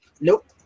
Nope